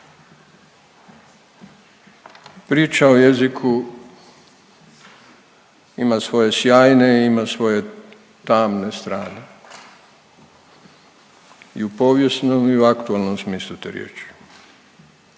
priča o jeziku ima svoje sjajne i ima svoje tamne strane i u povijesnom i u aktualnom smislu te riječi,